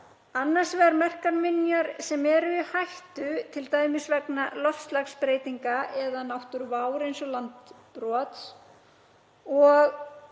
annars vegar merkar minjar sem eru í hættu t.d. vegna loftslagsbreytinga eða náttúruvár eins og landbrots.